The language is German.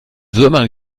würmern